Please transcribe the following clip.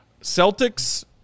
Celtics